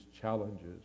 challenges